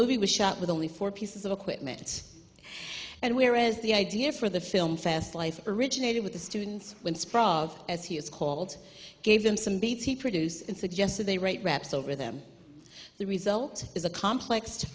movie was shot with only four pieces of equipment and whereas the idea for the film fest life originated with the students when sprog as he is called gave them some beats he produces and suggested they write raps over them the result is a complex